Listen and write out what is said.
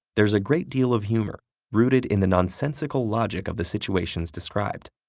there's a great deal of humor rooted in the nonsensical logic of the situations described.